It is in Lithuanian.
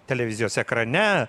televizijos ekrane